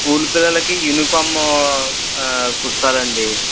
school పిల్లలకి uniform కుట్టాలండి